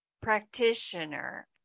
practitioner